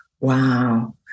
Wow